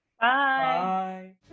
Bye